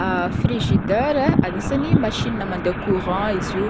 Frigidaire ai agnisan'ny machine mandeha courant izy io